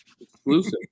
Exclusive